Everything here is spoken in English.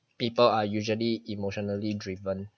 people are usually emotionally driven